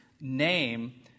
name